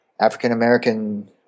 African-American